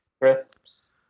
Crisps